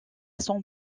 son